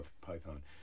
python